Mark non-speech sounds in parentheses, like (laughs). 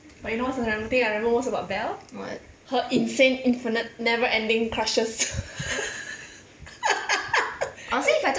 but you what's another thing I remember most about bel her insane infinite never ending crushes (laughs)